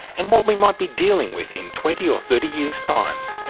and what we might be dealing with in twenty or thirty years' time,